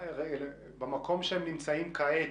800,000 מתייחסים למקום שהם נמצאים כעת,